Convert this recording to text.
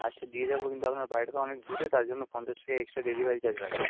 আচ্ছা দিয়ে যাবো কিন্তু আপনার বাড়িটা তো অনেক দূরে তার জন্য পঞ্চাশ টাকা এক্সট্রা ডেলভারি চার্জ লাগবে